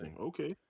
Okay